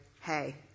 hey